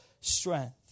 strength